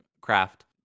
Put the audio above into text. craft